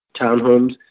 townhomes